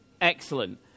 excellent